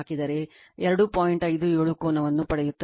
57 ಕೋನವನ್ನು ಪಡೆಯುತ್ತದೆ 62o ampere